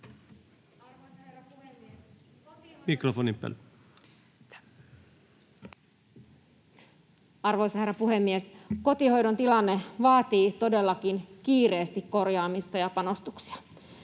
Arvoisa herra puhemies! Kotihoidon tilanne vaatii todellakin kiireesti korjaamista ja panostuksia.